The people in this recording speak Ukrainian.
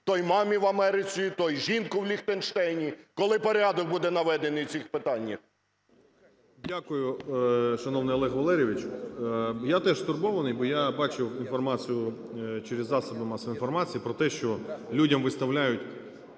той – мамі в Америці, той – жінці в Ліхтенштейні. Коли порядок буде наведений в цих питаннях?! 10:27:33 ГРОЙСМАН В.Б. Дякую, шановний Олег Валерійович. Я теж стурбований, бо я бачив інформацію через засоби масової інформації про те, що людям виставляють